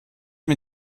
mir